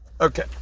Okay